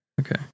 Okay